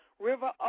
River